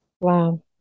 wow